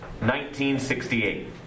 1968